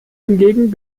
hingegen